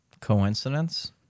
coincidence